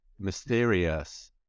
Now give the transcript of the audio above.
mysterious